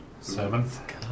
Seventh